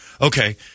Okay